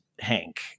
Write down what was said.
Hank